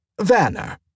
Vanner